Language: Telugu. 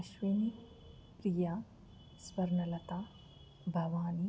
అశ్విని ప్రియా స్వర్ణలత భవాని